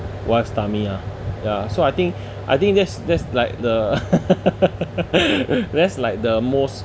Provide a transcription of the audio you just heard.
wife's tummy ah ya so I think I think that's that's like the that's like the most